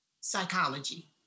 psychology